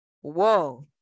Whoa